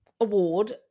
award